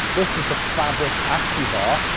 this is the fabric acue bar.